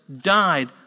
died